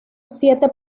siete